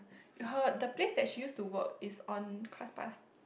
her the place that she used to work is on ClassPass